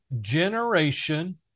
generation